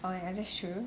oh ya that's true